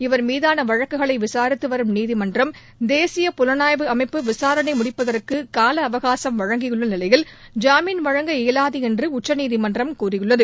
இவர் மீதான வழக்குகளை விசாரித்து வரும் நீதிமன்றம் தேசிய புலனாய்வு அமைப்பு விசாரணை முடிப்பதற்கு கால அவகாசம் வழங்கியுள்ள நிலையில் ஜாமீன் வழங்க இயவாது என்று உச்சநீதிமன்றம் கூறியுள்ளது